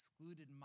excluded